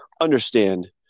understand